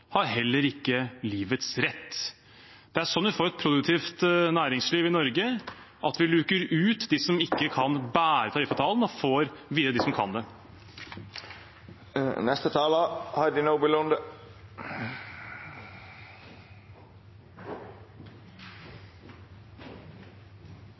heller ikke har livets rett. Det er sånn vi får et produktivt næringsliv i Norge: at vi luker ut dem som ikke kan bære tariffavtalen, og får videre dem som kan det.